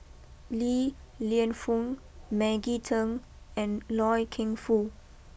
Li Lienfung Maggie Teng and Loy Keng Foo